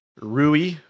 Rui